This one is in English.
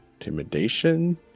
intimidation